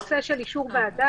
לגבי הנושא של אישור ועדה,